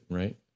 right